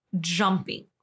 jumping